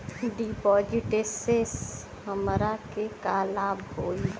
डिपाजिटसे हमरा के का लाभ होई?